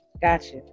gotcha